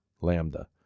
Lambda